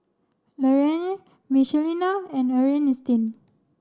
Laraine Michelina and Earnestine